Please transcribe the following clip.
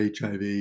HIV